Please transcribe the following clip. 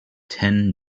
ten